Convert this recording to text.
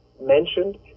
mentioned